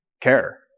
care